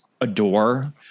adore